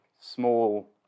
small